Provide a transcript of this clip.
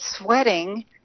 sweating